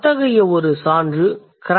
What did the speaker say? அத்தகைய ஒரு சான்று cranberry